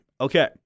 Okay